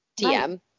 DM